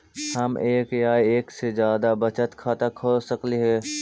हम एक या एक से जादा बचत खाता खोल सकली हे?